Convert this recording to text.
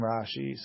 Rashi